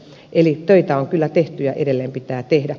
eli töitä on kyllä tehty ja edelleen pitää tehdä